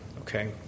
okay